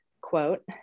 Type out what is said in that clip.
quote